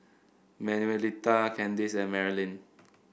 Manuelita Kandice and Marilyn